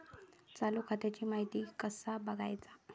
चालू खात्याची माहिती कसा बगायचा?